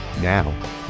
Now